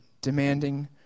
demanding